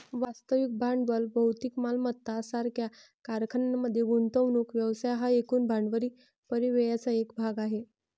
वास्तविक भांडवल भौतिक मालमत्ता सारख्या कारखान्यांमध्ये गुंतवणूक व्यवसाय हा एकूण भांडवली परिव्ययाचा एक भाग आहे